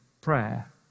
prayer